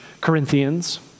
Corinthians